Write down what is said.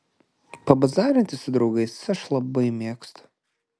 pabazarinti su draugais aš labai mėgstu